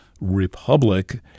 republic